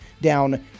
down